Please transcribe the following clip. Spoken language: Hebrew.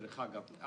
דרך אגב.